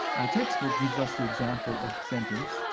our textbook gives us the example of the sentence,